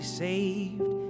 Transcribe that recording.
saved